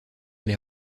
les